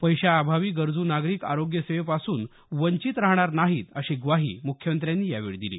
पैशाअभावी गरजू नागरिक आरोग्य सेवेपासून वंचित राहणार नाहीत अशी ग्वाही मुख्यमंत्र्यांनी यावेळी दिली